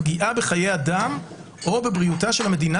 פגיעה בחיי אדם או בבריאותה של המדינה